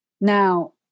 Now